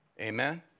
Amen